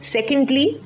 Secondly